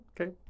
okay